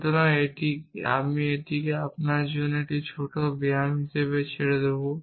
সুতরাং আমি এটিকে আপনার জন্য একটি ছোট ব্যায়াম হিসাবে ছেড়ে দেব